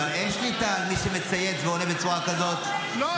אבל אין שליטה על מי שמצייץ ועונה בצורה כזאת -- לא.